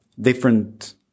different